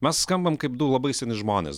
mes skambam kaip du labai seni žmonės